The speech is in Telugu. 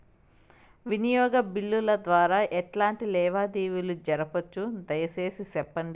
వినియోగ బిల్లుల ద్వారా ఎట్లాంటి లావాదేవీలు జరపొచ్చు, దయసేసి సెప్పండి?